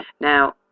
now